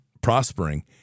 prospering